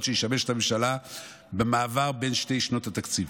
שישמש את הממשלה במעבר בין שתי שנות התקציב.